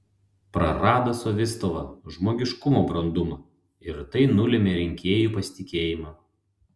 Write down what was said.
prarado savistovą žmogiškumo brandumą ir tai nulėmė rinkėjų pasitikėjimą